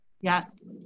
Yes